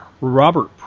Robert